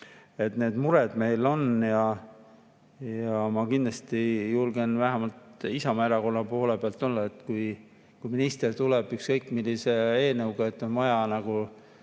Need mured meil on. Ma kindlasti julgen vähemalt Isamaa Erakonna poole pealt [öelda], et kui minister tuleb ükskõik millise eelnõuga, et saada